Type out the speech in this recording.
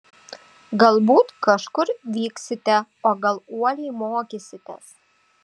galbūt kažkur vyksite o gal uoliai mokysitės